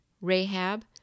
Rahab